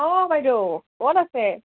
অঁ বাইদেউ ক'ত আছে